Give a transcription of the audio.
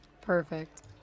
Perfect